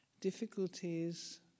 difficulties